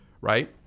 right